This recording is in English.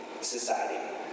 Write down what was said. society